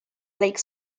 lake